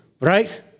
right